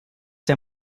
der